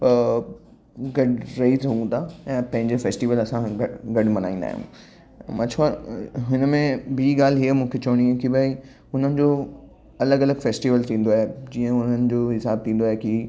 गॾु रही सघूं था ऐं पंहिंजो फेस्टिवल असां गॾु मल्हाईंदायूं मछुआ हिनमें ॿी ॻाल्हि हीअं मूंखे चवणी हुई की भई हुननि जो अलॻि अलॻि फेस्टिवल थींदो आहे जीअं हुननि जो हिसाब थींदो आहे की